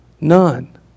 None